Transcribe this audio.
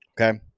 Okay